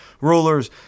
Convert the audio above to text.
rulers